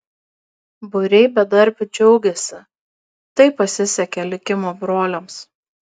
būriai bedarbių džiaugiasi tai pasisekė likimo broliams